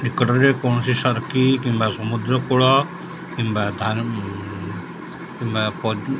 ନିକଟରେ କୌଣସି ସର୍କୀ କିମ୍ବା ସମୁଦ୍ରକୂଳ କିମ୍ବା କିମ୍ବା